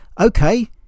okay